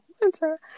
winter